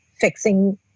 fixing